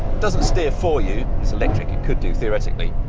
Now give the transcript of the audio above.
doesn't steer for you, it's electric it could do theoretically,